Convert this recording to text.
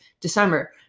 December